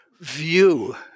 view